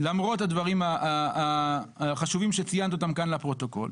למרות הדברים החשובים שציינת אותם כאן לפרוטוקול,